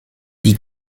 die